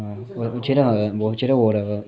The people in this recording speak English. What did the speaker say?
我觉得额我觉得我的